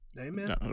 amen